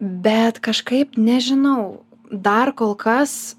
bet kažkaip nežinau dar kol kas